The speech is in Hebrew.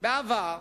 בעבר,